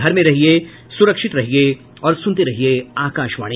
घर में रहिये सुरक्षित रहिये और सुनते रहिये आकाशवाणी